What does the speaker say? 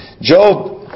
Job